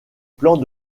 plans